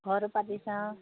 ঘৰতো পাতি চাওঁ